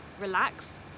relax